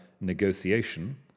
negotiation